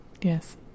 Yes